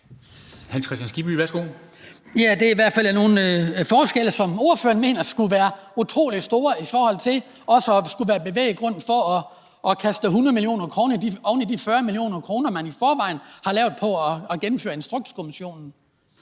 Hans Kristian Skibby (DF): Det er i hvert fald nogle forskelle, som ordføreren mener skulle være utrolig store og tilstrækkelig bevæggrund for at kaste 100 mio. kr. oven i de 40 mio. kr., man i forvejen har brugt på at gennemføre Instrukskommissionen.